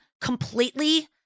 completely